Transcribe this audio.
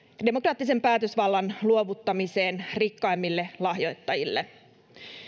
demokraattisen päätösvallan luovuttamiseen rikkaimmille lahjoittajille